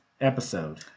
episode